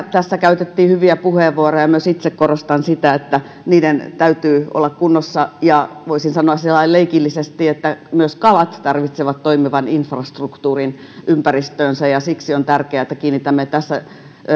tässä käytettiin hyviä puheenvuoroja myös itse korostan sitä että niiden täytyy olla kunnossa ja voisin sanoa sillä lailla leikillisesti että myös kalat tarvitsevat toimivan infrastruktuurin ympäristöönsä siksi on tärkeää että kiinnitämme tässä